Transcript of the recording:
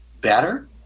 better